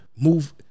Move